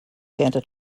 santa